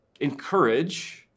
encourage